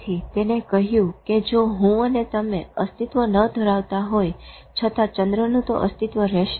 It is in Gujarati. તેથી તેને કહ્યું કે જો હું અને તમે અસ્તિત્વ ન ધરાવતા હોય છતાં ચંદ્રનું તો અસ્તિત્વ રહશે